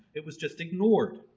it was just ignored.